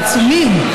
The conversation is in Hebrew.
העצומים,